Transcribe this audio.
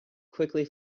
quickly